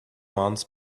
months